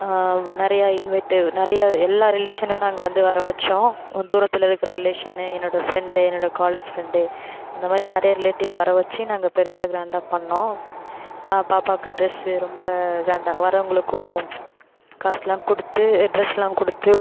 நிறையா இன்வைட்டு நிறையா எல்லா ரிலேஷனையும் நாங்கள் வந்து வரவழைச்சோம் தூரத்தில் இருக்கிற ரிலேஷன் என்னோடய ஃபிரண்டு என்னோடய காலேஜ் ஃபிரண்டு அந்த மாதிரி நிறையா ரிலேட்டிவ் வரவழைச்சி நாங்கள் பெருசாக கிராண்டாக பண்ணோம் பாப்பாவுக்கு ட்ரெஸ் ரொம்ப கிராண்டாக வரவங்களுக்கும் காசெலாம் கொடுத்து ட்ரெஸ்லாம் கொடுத்து